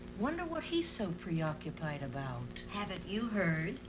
wonder what he's so preoccupied about. haven't you heard?